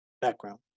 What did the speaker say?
background